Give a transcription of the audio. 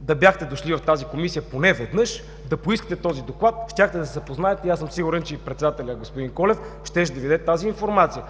Да бяхте дошли в тази Комисия поне веднъж да поискате този доклад, щяхте да се запознаете и съм сигурен, че и председателят господин Колев щеше да Ви даде тази информация.